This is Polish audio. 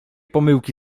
pomyłki